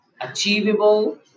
Achievable